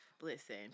Listen